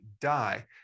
die